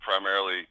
primarily